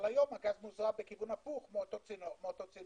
אבל היום הגז מוזרם בכיוון הפוך מאותו צינור.